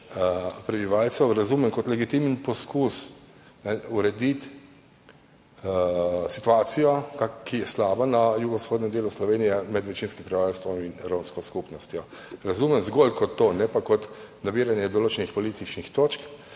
prebivalcev, razumem kot legitimen poskus urediti situacijo, ki je na jugovzhodnem delu Slovenije slaba, med večinskim prebivalstvom in romsko skupnostjo. Razumem zgolj kot to, ne pa kot nabiranje določenih političnih točk.